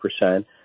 percent